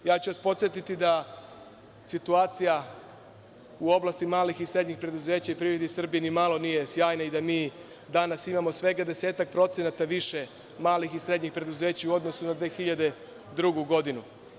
Podsetiću vas da situacija u oblasti malih i srednjih preduzeća u privredi Srbije nimalo nije sjajna i da mi danas imamo svega 10-ak procenata više malih i srednjih preduzeća u odnosu na 2002. godinu.